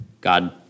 God